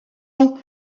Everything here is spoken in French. ans